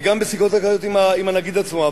וגם בשיחות אקראיות עם הנגיד עצמו.